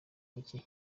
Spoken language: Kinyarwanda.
mike